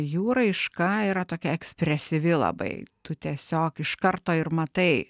jų raiška yra tokia ekspresyvi labai tu tiesiog iš karto ir matai